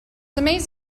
amazing